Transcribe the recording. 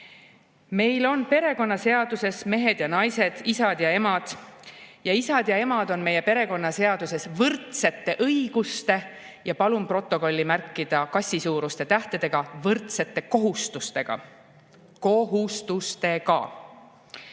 Meil on perekonnaseaduses mehed ja naised, isad ja emad. Isad ja emad on meie perekonnaseaduses võrdsete õiguste ja – palun protokolli märkida kassisuuruste tähtedega – võrdsete kohustustega. K o h u